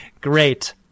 Great